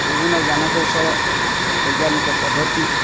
ବିଭିନ୍ନ ଜ୍ଞାନ କୌଶଳ ବୈଜ୍ଞାନିକ ପଦ୍ଧତି